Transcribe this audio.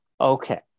Okay